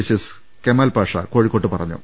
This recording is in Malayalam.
ജസ്റ്റിസ് കെമാൽ പാഷ കോഴിക്കോട്ട് പറഞ്ഞു